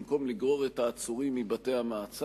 במקום לגרור את העצורים מבתי-המעצר,